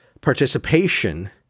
participation